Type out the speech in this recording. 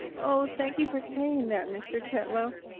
oh, thank you for saying that, mr. tetlow.